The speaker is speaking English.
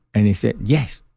and he said, yes,